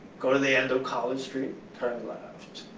go to the end of college street, turn left.